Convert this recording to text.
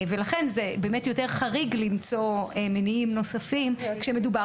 לכן זה באמת יותר חריג למצוא מניעים נוספים כאשר מדובר